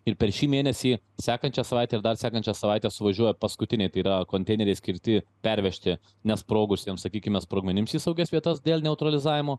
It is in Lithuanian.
ir per šį mėnesį sekančią savaitę ir dar sekančią savaitę suvažiuoja paskutiniai tai yra konteineriai skirti pervežti nesprogusiems sakykime sprogmenims į saugias vietas dėl neutralizavimo